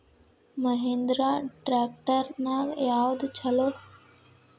Mahindra tractor ನ್ಯಾಗ ಯಾವ್ದ ಛಲೋ?